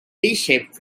shaped